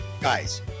guys